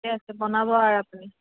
ঠিকে আছে বনাব আৰু আপুনি